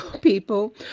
people